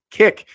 kick